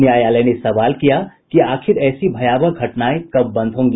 न्यायालय ने सवाल किया कि आखिर ऐसी भयावह घटनाएं कब बंद होगी